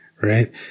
right